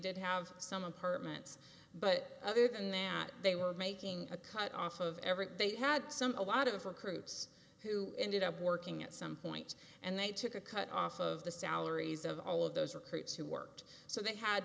did have some apartments but other than that they were making a cut off of everything they had some a lot of recruits who ended up working at some point and they took a cut off of the salaries of all of those recruits who worked so they had